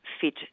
fit